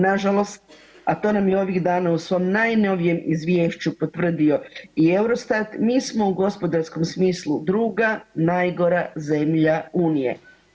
Nažalost, a to nam je ovih dana u svom najnovijem izvješću potvrdio i Eurostat, mi smo u gospodarskom smislu 2. najgora zemlja unije.